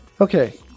Okay